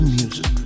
music